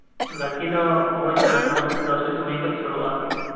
ᱜᱟᱛᱮ ᱫᱚ ᱱᱚᱜᱼᱚᱭ ᱛᱤᱱᱟᱹᱜ ᱱᱚᱴᱟ ᱥᱮ ᱫᱚᱥᱴᱟ ᱥᱚᱢᱚᱭ ᱠᱷᱚᱡ ᱥᱩᱨᱩᱜᱼᱟ